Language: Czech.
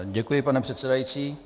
Děkuji, pane předsedající.